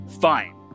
Fine